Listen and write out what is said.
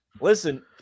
listen